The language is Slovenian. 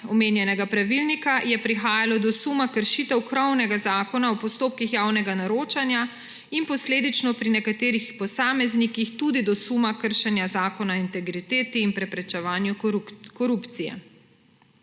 omenjenega pravilnika je prihajalo do suma kršitev krovnega Zakona o pravnem varstu v postopkih javnega naročanja in posledično pri nekaterih posameznikih tudi do suma kršenja Zakona o integriteti in preprečevanju korupcije.